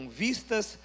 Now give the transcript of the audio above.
vistas